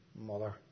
mother